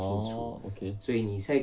orh okay